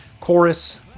Chorus